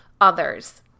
others